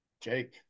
Jake